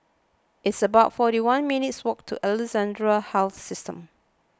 it's about forty one minutes' walk to Alexandra Health System